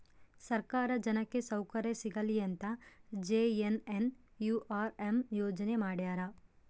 ಸರ್ಕಾರ ಜನಕ್ಕೆ ಸೌಕರ್ಯ ಸಿಗಲಿ ಅಂತ ಜೆ.ಎನ್.ಎನ್.ಯು.ಆರ್.ಎಂ ಯೋಜನೆ ಮಾಡ್ಯಾರ